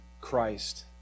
Christ